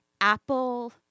apple